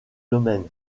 domaine